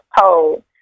told